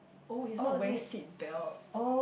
oh he's not wearing seat belt